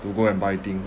to go and buy things